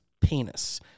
penis